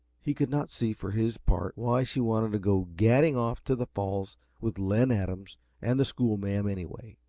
he could not see, for his part, why she wanted to go gadding off to the falls with len adams and the schoolma'am, anyway.